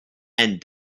and